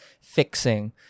fixing